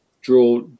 draw